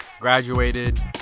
Graduated